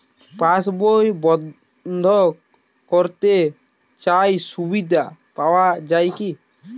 পাশ বই বন্দ করতে চাই সুবিধা পাওয়া যায় কি?